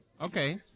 Okay